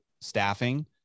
staffing